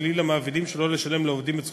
שלילי למעבידים שלא לשלם לעובדים את זכויותיהם.